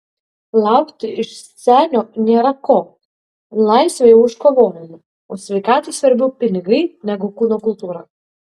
laukti iš senio nėra ko laisvę jau iškovojome o sveikatai svarbiau pinigai negu kūno kultūra